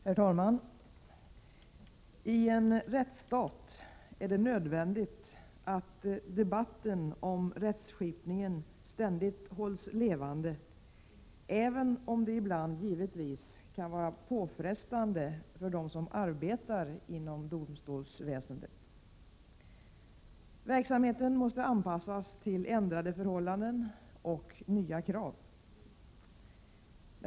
Herr talman! I en rättsstat är det nödvändigt att debatten om rättskipningen ständigt hålls levande, även om det ibland givetvis kan vara påfrestande för dem som arbetar inom domstolsväsendet. Verksamheten måste anpassas till ändrade förhållanden och nya krav.